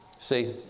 See